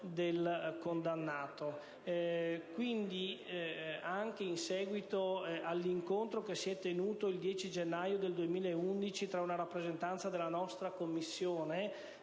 del condannato. Anche in seguito all'incontro svolto il 10 gennaio 2011 tra una rappresentanza della nostra Commissione